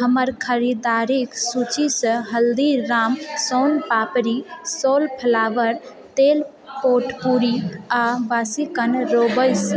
हमर खरीदारिके सूचीसँ हल्दीराम्स सोन पापड़ी सोलफ्लावर तेल पोटपूरी आ बास्किन रोब्बिंस